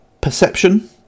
Perception